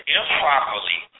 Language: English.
improperly